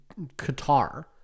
Qatar